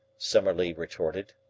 summerlee retorted.